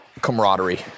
camaraderie